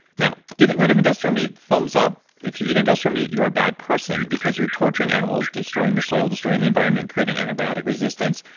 now, getting rid of industrial meat, thumbs up. if you eat industrial meat, you're a bad person because you're torturing animals, destroying the soil, destroying the environment, creating antibiotic resistance,